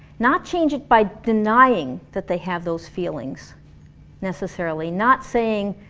not change it by denying that they have those feelings necessarily, not saying